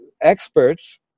experts